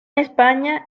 españa